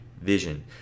vision